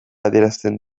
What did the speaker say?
adierazten